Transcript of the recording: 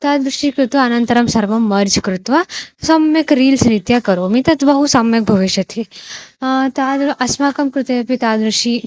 तादृशं कृत्वा अनन्तरं सर्वं मर्ज् कृत्वा सम्यक् रील्स् रीत्या करोमि तद् बहु सम्यक् भविष्यति तादृशम् अस्माकं कृते अपि तादृशम्